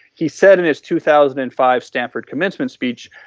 he said in his two thousand and five stanford commencement speech,